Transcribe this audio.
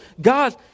God